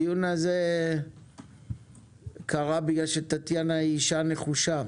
הדיון הזה קרה כי טטיאנה היא אשה נחושה.